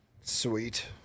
Sweet